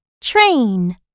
train